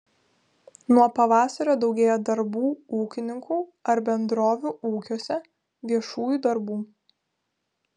nuo pavasario daugėja darbų ūkininkų ar bendrovių ūkiuose viešųjų darbų